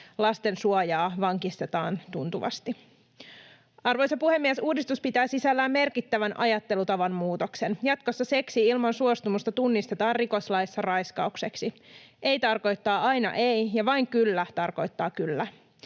lasten suojaa vankistetaan tuntuvasti. Arvoisa puhemies! Uudistus pitää sisällään merkittävän ajattelutavan muutoksen. Jatkossa seksi ilman suostumusta tunnistetaan rikoslaissa raiskaukseksi. Ei tarkoittaa aina ei, ja vain kyllä tarkoittaa kyllä.